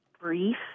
brief